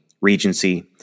regency